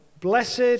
Blessed